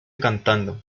cantando